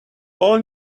all